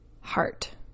heart